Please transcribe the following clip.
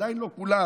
עדיין לא כולם,